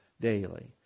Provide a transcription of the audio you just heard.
daily